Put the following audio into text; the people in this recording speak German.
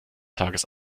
tages